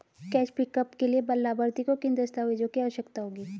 Cash pickup के लिए लाभार्थी को किन दस्तावेजों की आवश्यकता होगी?